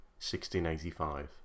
1685